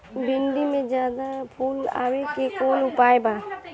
भिन्डी में ज्यादा फुल आवे के कौन उपाय बा?